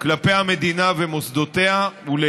וייתנו גם לפריפריה וגם לעיירות הפיתוח, ולא